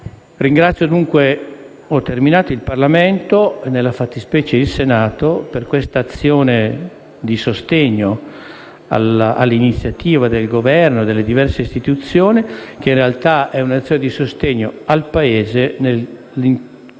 Ringrazio il Parlamento, nella fattispecie il Senato, per l'azione di sostegno all'iniziativa del Governo e delle diverse istituzioni, che, in realtà, è un'azione di sostegno al Paese nel nome